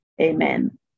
amen